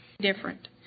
different